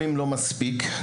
חשוב.